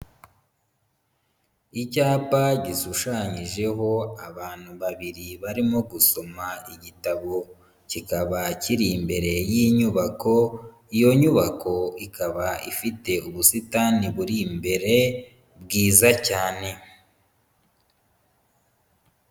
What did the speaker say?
Icyapa gishushanyijeho abantu babiri barimo gusoma igitabo kikaba kiri imbere y'inyubako, iyo nyubako ikaba ifite ubusitani buri imbere bwiza cyane.